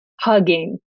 hugging